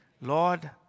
Lord